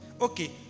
Okay